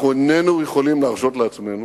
אנחנו איננו יכולים להרשות לעצמנו